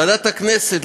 ועדת הכנסת,